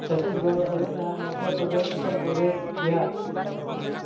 Chhattisgarh Odisha Madhya Pradesh Uttar Pradesh Bihar